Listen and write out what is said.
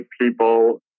people